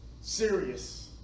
serious